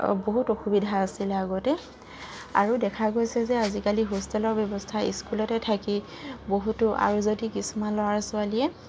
বহুত অসুবিধা আছিলে আগতে আৰু দেখা গৈছে যে আজিকালি হোষ্টেলৰ ব্যৱস্থা স্কুলতে থাকি বহুতো আৰু যদি কিছুমান ল'ৰা ছোৱালীয়ে